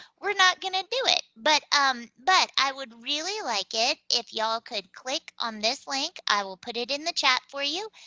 we're not gonna do it, but um but i would really like it if y'all could click on this link, i will put it in the chat for you,